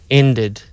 ended